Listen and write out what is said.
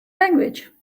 language